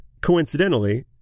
Coincidentally